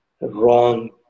wrong